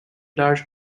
large